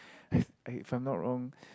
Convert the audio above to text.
I if I'm not wrong